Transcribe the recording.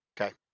Okay